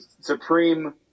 supreme